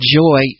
joy